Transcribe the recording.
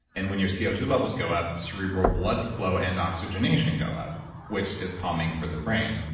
and when your c o two levels go up, cerebral blood flow and oxygenation go up which is calming for the brain.